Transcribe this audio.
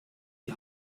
die